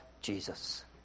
Jesus